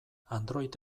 android